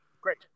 great